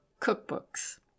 Cookbooks